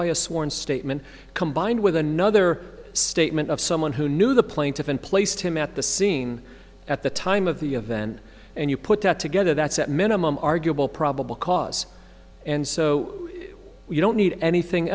sworn statement combined with another statement of someone who knew the plaintiff and placed him at the being at the time of the event and you put that together that's at minimum arguable probable cause and so you don't need anything